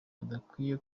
adakwiye